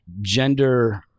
gender